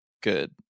good